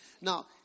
Now